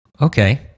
okay